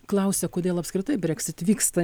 klausia kodėl apskritai brexit vyksta